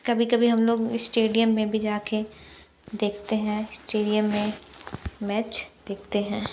कभी कभी हम लोग स्टेडियम में भी जाकर देखते हैं स्टेडियम में मैच देखते हैं